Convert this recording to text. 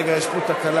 רגע, יש פה תקלה.